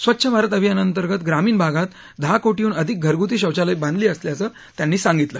स्वच्छ भारत अभियानाअंतर्गत ग्रामीण भागात दहा कोटी अधिक घरगुती शौचालयं बांधली असल्याचं त्यानी सांगितलं